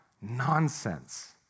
nonsense